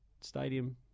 stadium